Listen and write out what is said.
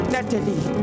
Natalie